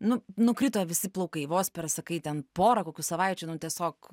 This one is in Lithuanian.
nu nukrito visi plaukai vos per sakai ten porą kokių savaičių nu tiesiog